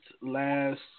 last